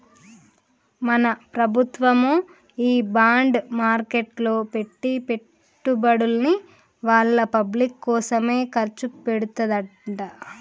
మన ప్రభుత్వము ఈ బాండ్ మార్కెట్లో పెట్టి పెట్టుబడుల్ని వాళ్ళ పబ్లిక్ కోసమే ఖర్చు పెడతదంట